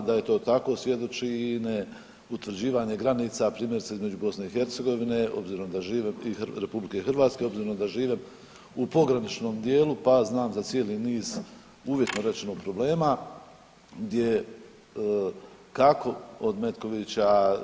Da je to tako svjedoči i neutvrđivanje granica, primjerice između BiH obzirom da žive, i RH, obzirom da žive u pograničnom dijelu pa znam za cijeli niz, uvjetno rečeno, problema gdje, kako, od Metkovića,